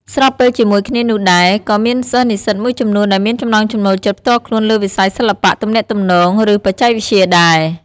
ស្របពេលជាមួយគ្នានោះដែរ ក៏មានសិស្សនិស្សិតមួយចំនួនដែលមានចំណង់ចំណូលចិត្តផ្ទាល់ខ្លួនលើវិស័យសិល្បៈ ទំនាក់ទំនង ឬបច្ចេកវិទ្យាដែរ។